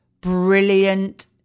brilliant